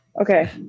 Okay